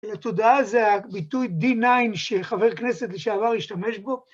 התודעה זה הביטוי D9 שחבר כנסת לשעבר השתמש בו.